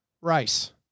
rice